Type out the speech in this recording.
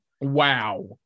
Wow